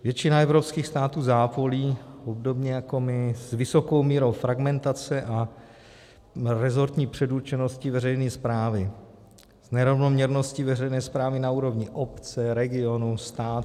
Většina evropských států zápolí obdobně jako my s vysokou mírou fragmentace a resortní předurčenosti veřejné správy, nerovnoměrností veřejné správy na úrovni obce, regionů, státu.